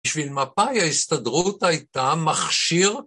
בשביל מפא"י ההסתדרות הייתה מכשיר